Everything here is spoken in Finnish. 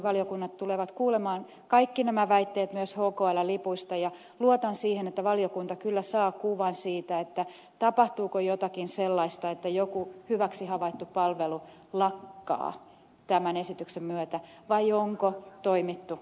valiokunnat tulevat kuulemaan kaikki nämä väitteet myös hkln lipuista ja luotan siihen että valiokunta kyllä saa kuvan siitä tapahtuuko jotakin sellaista että joku hyväksi havaittu palvelu lakkaa tämän esityksen myötä vai onko toimittu oikein